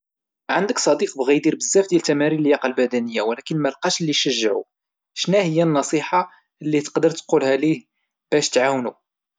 عندك صديق بغا يدير بزاف ديال التمارين ديال اللياقة البدنية ولكن معرفش كيفاش، شناهيا النصيحة اللي تقولها ليه باش تعاونو!؟